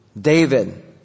David